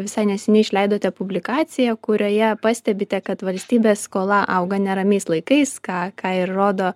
visai neseniai išleidote publikaciją kurioje pastebite kad valstybės skola auga neramiais laikais ką ką ir rodo